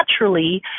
naturally